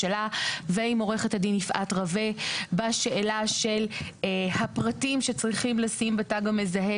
ועם עורכת הדין יפעת רווה בשאלה של הפרטים שצריכים לשים בתג המזהה,